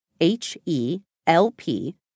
H-E-L-P